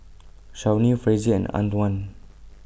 Shawnee Frazier and Antwan